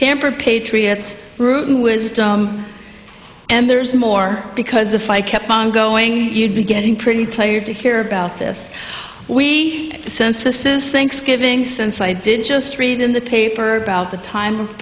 pampered patriots routine wisdom and there is more because if i kept on going you'd be getting pretty tired to hear about this we sense this is thanksgiving since i did just read in the paper about the time of